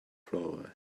flora